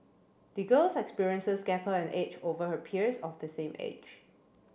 the girl's experiences gave her an edge over her peers of the same age